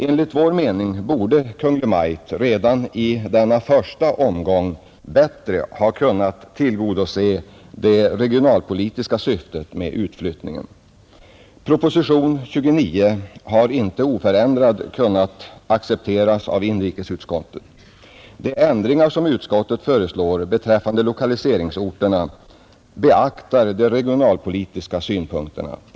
Enligt vår mening borde Kungl. Maj:t redan i denna första omgång bättre ha kunnat tillgodose det regionalpolitiska syftet med utflyttningen. Propositionen 29 har inte oförändrad kunnat accepteras av inrikesutskottet. De ändringar som utskottet föreslår beträffande lokaliseringsorterna beaktar de regionalpolitiska synpunkterna.